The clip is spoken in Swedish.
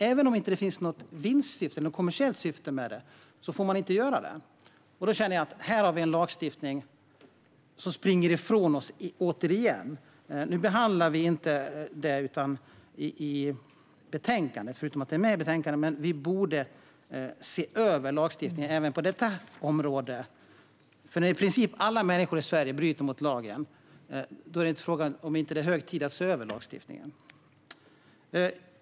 Även om det inte finns något vinstsyfte, något kommersiellt syfte, med det får man inte göra det. Då känner jag att vi här har en lagstiftning som springer ifrån oss återigen. Nu behandlar vi inte det i betänkandet, förutom att det är med i betänkandet, men vi borde se över lagstiftningen även på detta område. När i princip alla människor i Sverige bryter mot lagen är frågan om det inte är hög tid att se över lagstiftningen.